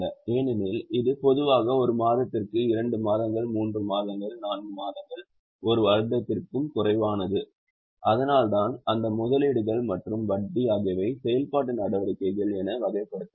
ஏனெனில் இது பொதுவாக ஒரு மாதத்திற்கு இரண்டு மாதங்கள் மூன்று மாதங்கள் நான்கு மாதங்கள் ஒரு வருடத்திற்கும் குறைவானது அதனால்தான் அந்த முதலீடுகள் மற்றும் வட்டி ஆகியவை செயல்பாட்டு நடவடிக்கைகள் என வகைப்படுத்தப்படும்